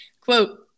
Quote